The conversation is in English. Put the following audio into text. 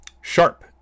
sharp